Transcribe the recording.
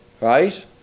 right